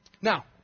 Now